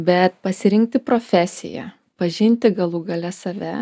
bet pasirinkti profesiją pažinti galų gale save